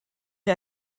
chi